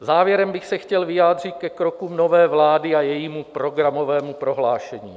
Závěrem bych se chtěl vyjádřit ke krokům nové vlády a jejímu programovému prohlášení.